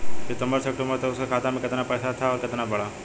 सितंबर से अक्टूबर तक उसका खाता में कीतना पेसा था और कीतना बड़ा?